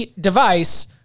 device